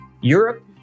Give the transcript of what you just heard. Europe